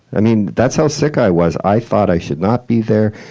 i mean, that's how sick i was. i thought i should not be there.